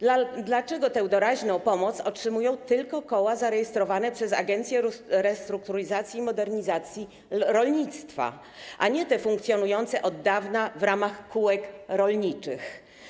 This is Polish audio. Dlaczego tę doraźną pomoc otrzymują tylko koła zarejestrowane przez Agencję Restrukturyzacji i Modernizacji Rolnictwa, a nie te funkcjonujące od dawna w ramach kółek rolniczych?